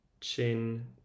chin